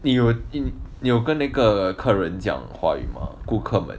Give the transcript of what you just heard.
你有你有跟那个客人讲华语吗顾客们